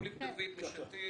שמוליק דוד משתי"ל.